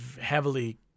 heavily